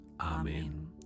Amen